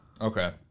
Okay